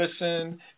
listen